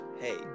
Hey